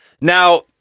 Now